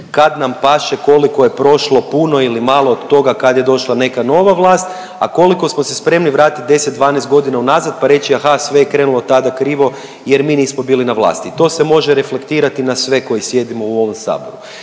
kad nam paše, koliko je prošlo puno ili malo toga kad je došla neka nova vlast, a koliko smo se spremni vratit 10, 12 godina unazad pa reći aha sve je krenulo tada krivo jer mi nismo bili na vlasti. To se može reflektirati na sve koji sjedimo u ovom saboru.